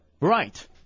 Right